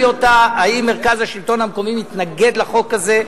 אותה אם מרכז השלטון המקומי מתנגד לחוק הזה.